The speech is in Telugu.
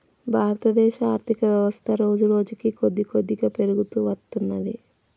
భారతదేశ ఆర్ధికవ్యవస్థ రోజురోజుకీ కొద్దికొద్దిగా పెరుగుతూ వత్తున్నది